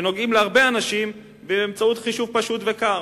שנוגעות להרבה אנשים באמצעות חישוב פשוט וקר.